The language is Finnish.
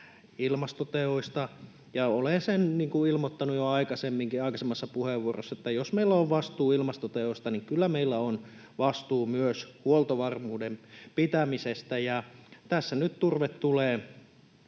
ilmastoteoista, ja olen sen ilmoittanut jo aikaisemminkin, aiemmassa puheenvuorossani, että jos meillä on vastuu ilmastoteoista, niin kyllä meillä on vastuu myös huoltovarmuuden pitämisestä, ja tässä nyt turve tulee